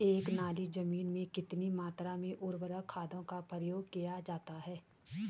एक नाली जमीन में कितनी मात्रा में उर्वरक खादों का प्रयोग किया जाता है?